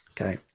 Okay